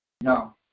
No